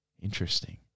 Interesting